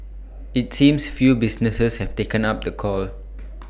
IT seems few businesses have taken up the call